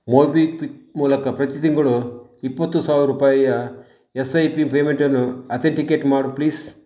MobiKwik ಮೂಲಕ ಪ್ರತಿ ತಿಂಗಳು ಇಪ್ಪತ್ತು ಸಾವ್ರ ರೂಪಾಯಿಯ ಎಸ್ ಐ ಪಿ ಪೇಮೆಂಟನ್ನು ಅತೆಂಟಿಕೇಟ್ ಮಾಡು ಪ್ಲೀಸ್